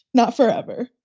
not forever.